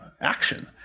action